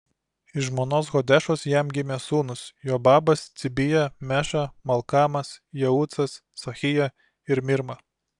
iš žmonos hodešos jam gimė sūnūs jobabas cibija meša malkamas jeucas sachija ir mirma